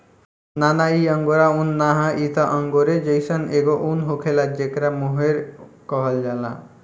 ना ना इ अंगोरा उन ना ह इ त अंगोरे जइसन एगो उन होखेला जेकरा मोहेर कहल जाला